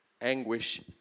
anguish